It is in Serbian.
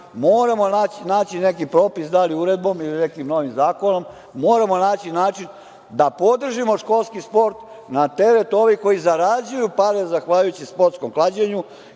moramo naći neki propis, da li uredbom ili nekim novim zakonom, moramo naći način da podržimo školski sport na teret ovih koji zarađuju pare zahvaljujući sportskom klađenju